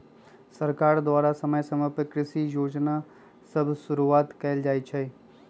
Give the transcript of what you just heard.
सरकार द्वारा समय समय पर कृषि जोजना सभ शुरुआत कएल जाइ छइ